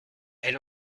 elle